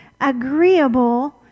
agreeable